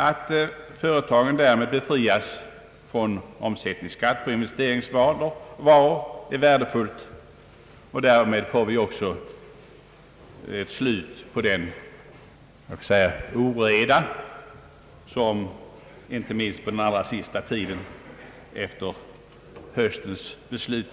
Att företagen därmed befrias från omsättningsskatt på investeringsvaror är värdefullt. Därigenom får vi också ett slut på den låt mig säga oreda som inte minst på den allra sista tiden efter höstens beslut